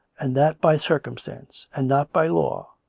and that by circumstance, and not by law,